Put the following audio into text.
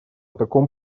таком